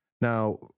Now